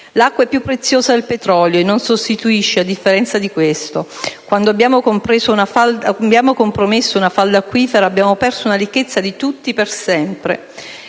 L'acqua è più preziosa del petrolio e non sostituibile a differenza di quest'ultimo. Quando abbiamo compromesso una falda acquifera abbiamo perso una ricchezza di tutti per sempre.